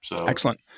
Excellent